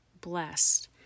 blessed